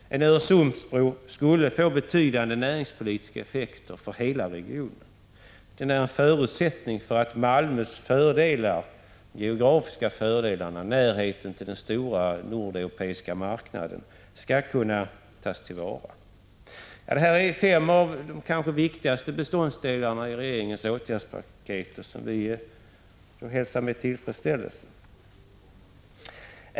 En Öresundsbro skulle få betydande näringspolitiska effekter för hela regionen. Bron är en förutsättning för att Malmös geografiska fördel, närheten till den stora nordeuropeiska marknaden, skall kunna tas till vara. Det är de fem viktigaste beståndsdelarna i regeringens åtgärdspaket, vilket vi hälsar med tillfredsställelse.